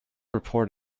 report